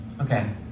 Okay